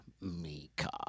Mika